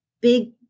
big